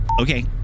Okay